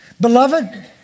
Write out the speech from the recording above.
Beloved